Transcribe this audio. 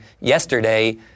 yesterday